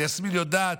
ויסמין יודעת,